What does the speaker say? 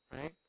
Right